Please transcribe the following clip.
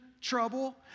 trouble